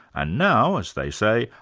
and now, as they say,